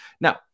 Now